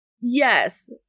Yes